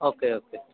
okay okay